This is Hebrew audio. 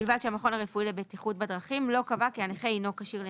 'ובלבד שהמכון הרפואי לבטיחות בדרכים לא קבע כי הנכה אינו כשיר לנהיגה',